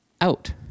out